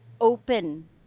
open